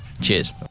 Cheers